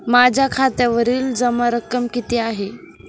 माझ्या खात्यावरील जमा रक्कम किती आहे?